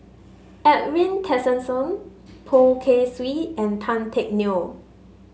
Edwin Tessensohn Poh Kay Swee and Tan Teck Neo